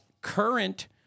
current